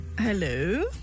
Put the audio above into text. Hello